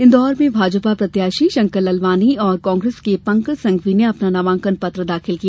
इन्दौर में भाजपा प्रत्याशी शंकर ललवानी और कांग्रेस के पंकज संघवी ने अपना नामांकन दाखिल किया